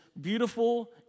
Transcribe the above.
beautiful